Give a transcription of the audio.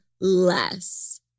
less